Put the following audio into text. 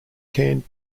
canned